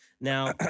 Now